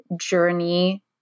journey